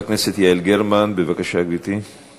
אני מזמין את חברת הכנסת יעל גרמן, בבקשה, גברתי.